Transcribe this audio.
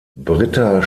britta